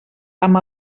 amb